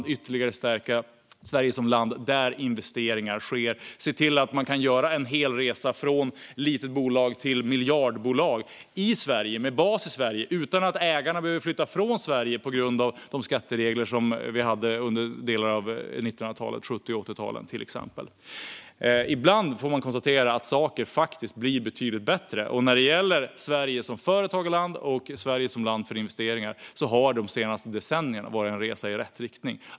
Låt oss ytterligare stärka Sverige som ett land där investeringar sker och se till att man kan göra en hel resa från litet bolag till miljardbolag i Sverige, med bas i Sverige, utan att ägarna behöver flytta härifrån på grund av skatteregler som dem vi hade under delar av 1900-talet, till exempel på 70 och 80-talen. Ibland får man konstatera att saker faktiskt blir betydligt bättre. När det gäller Sverige som företagarland och som ett land för investeringar har de senaste decennierna varit en resa i rätt riktning.